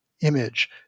image